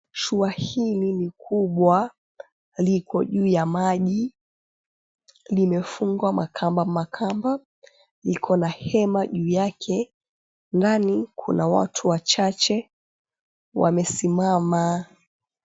Shua hili ni kubwa, liko juu ya maji, limefungwa makamba makamba, liko na hema juu yake, ndani kuna watu wachache wamesimama.